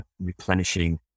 replenishing